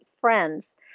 friends